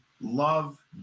love